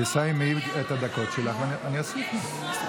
תסיימי את הדקות שלך, ואני אוסיף לך.